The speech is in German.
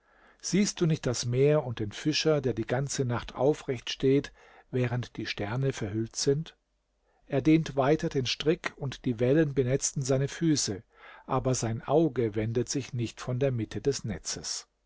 siehst du nicht das meer und den fischer der die ganze nacht aufrecht steht während die sterne verhüllt sind er dehnt weiter den strick und die wellen benetzen seine füße aber sein auge wendet sich nicht von der mitte des netzes